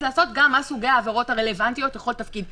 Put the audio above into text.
אז לעשות גם מה סוגי העבירות הרלוונטיות לכל תפקיד.